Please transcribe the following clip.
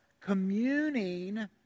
communing